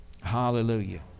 hallelujah